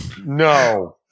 No